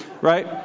Right